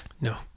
No